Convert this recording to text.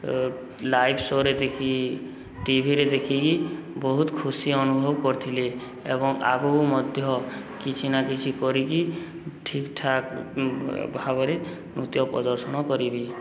live ଶୋରେ ଦେଖିକି ଟିଭିରେ ଦେଖିକି ବହୁତ ଖୁସି ଅନୁଭବ କରିଥିଲେ ଏବଂ ଆଗକୁ ମଧ୍ୟ କିଛି ନା କିଛି କରିକି ଠିକ ଠାକ୍ ଭାବରେ ନୃତ୍ୟ ପ୍ରଦର୍ଶନ କରିବି